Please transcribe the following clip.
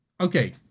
Okay